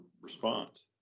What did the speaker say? response